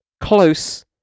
close